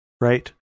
Right